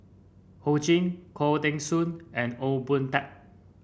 Ho Ching Khoo Teng Soon and Ong Boon Tat